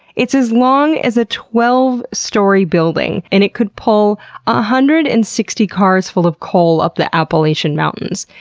it's as long as a twelve story building and it could pull one ah hundred and sixty cars full of coal up the appalachian mountains.